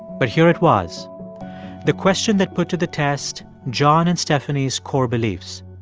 but here it was the question that put to the test john and stephanie's core beliefs.